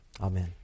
Amen